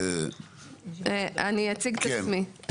אני אציג את עצמי.